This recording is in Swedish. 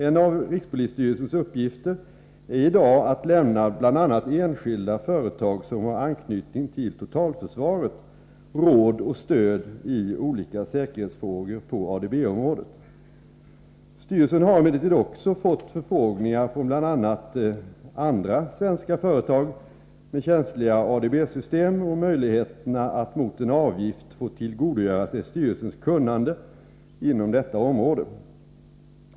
En av rikspolisstyrelsens uppgifter är i dag att lämna bl.a. enskilda företag som har anknytning till totalförsvaret råd och stöd i olika säkerhetsfrågor på ADB-området. Styrelsen har emellertid också fått förfrågningar från bl.a. andra svenska företag med känsliga ADB-system om möjligheterna att mot en avgift få tillgodogöra sig styrelsens kunnande inom detta område.